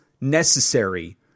necessary